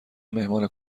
مهمان